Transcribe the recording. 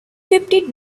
fifty